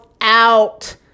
out